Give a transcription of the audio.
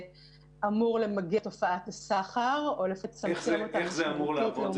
שאמור למגר את תופעת הסחר או ל --- איך זה אמור לעבוד?